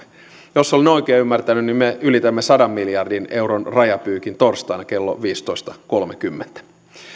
jos olen oikein ymmärtänyt me ylitämme sadan miljardin euron rajapyykin torstaina kello viisitoista kolmekymmentä